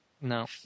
No